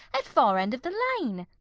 at far end of the lane,